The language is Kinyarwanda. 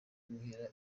guhera